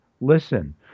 listen